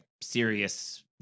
Serious